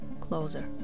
closer